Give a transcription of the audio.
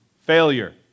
Failure